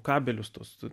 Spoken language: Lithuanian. kabelius tuos